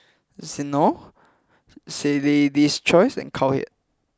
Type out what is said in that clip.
Xndo say Lady's Choice and Cowhead